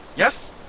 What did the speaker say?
yes!